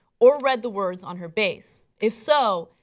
or read the words on her face. if so,